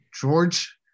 George